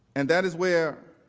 and that is where